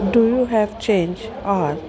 do you have change or